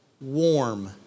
warm